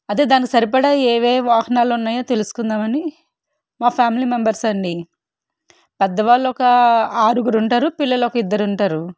అదే దాని సరిపడా ఏ ఏ వాహనాలు ఉన్నాయో తెలుసుకుందామని మా ఫ్యామిలీ మెంబర్స్ అండి పెద్దవాళ్ళు ఒక ఆరుగురు ఉంటారు పిల్లలు ఒక ఇద్దరు ఉంటారు